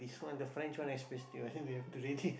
this one the French one especially you have to really